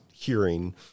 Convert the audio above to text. hearing